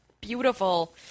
beautiful